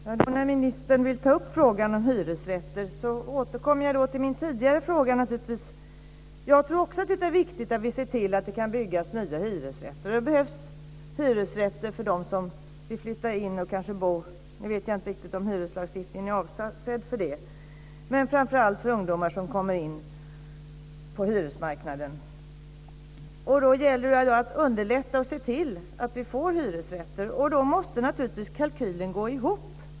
Fru talman! När nu ministern vill ta upp frågan om hyresrätter återkommer jag till min tidigare fråga. Jag tror också att det är viktigt att vi ser till att det byggs nya hyresrätter för - nu vet jag inte om hyreslagstiftningen är avsedd för det - framför allt ungdomar som kommer in på hyresmarknaden. Då gäller det att underlätta att det kan bli hyresrätter. Då måste naturligtvis kalkylen gå ihop.